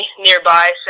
nearby